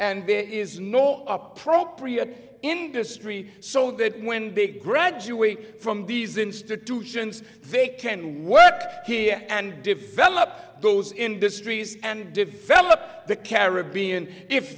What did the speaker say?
and there is no appropriate industry so that when big graduate from these institutions they can work here and develop those industries and develop the caribbean if